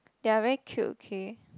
they are very cute okay